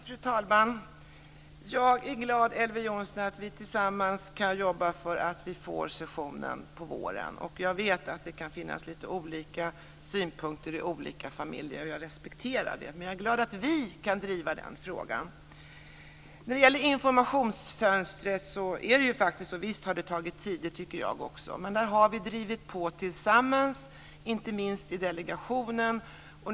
Fru talman! Jag är glad, Elver Jonsson, över att vi tillsammans kan jobba för att få sessionen på våren. Jag vet att det kan finnas lite olika synpunkter i olika familjer, och jag respekterar det. Men jag är glad att vi kan driva den frågan. Visst har informationsfönstret tagit tid, men där har vi drivit på tillsammans, inte minst i delegationen.